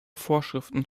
vorschriften